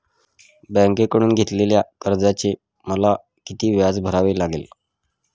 बँकेकडून घेतलेल्या कर्जाचे मला किती व्याज भरावे लागेल?